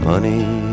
Money